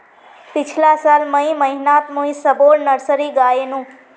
पिछला साल मई महीनातमुई सबोर नर्सरी गायेनू